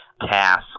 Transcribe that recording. Task